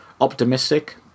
optimistic